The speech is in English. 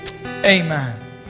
Amen